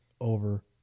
over